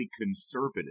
conservative